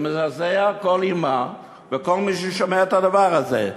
זה מזעזע כל אימא וכל מי ששומע את הדבר הזה.